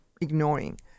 ignoring